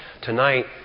Tonight